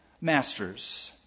masters